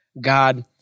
God